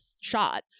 shot